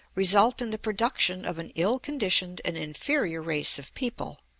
result in the production of an ill-conditioned and inferior race of people.